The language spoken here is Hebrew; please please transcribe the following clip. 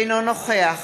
אינו נוכח